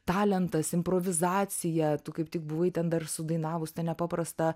talentas improvizacija tu kaip tik buvai ten dar sudainavus tą nepaprastą